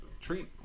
treat